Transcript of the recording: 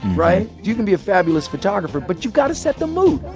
right? you can be a fabulous photographer, but you've got to set the mood